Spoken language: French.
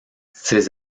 ces